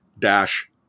dash